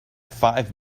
five